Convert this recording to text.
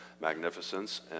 magnificence